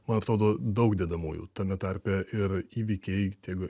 man atrodo daug dedamųjų tame tarpe ir įvykiai tiek